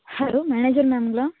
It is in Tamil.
hello manager மேமுங்களா